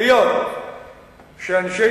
היות שאנשי